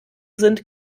sind